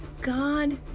God